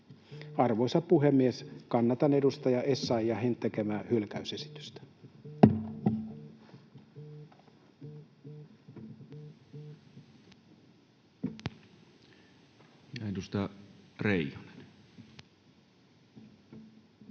Arvoisa puhemies! Kannatan edustaja Essayahin tekemää hylkäysesitystä.